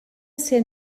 ser